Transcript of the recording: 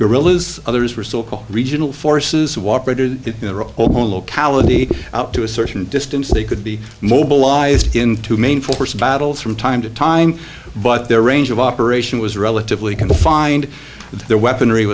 guerrillas others were still call regional forces wopper the locality out to a certain distance they could be mobilized into main force battles from time to time but their range of operation was relatively confined their weaponry